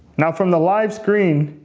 now from the live screen,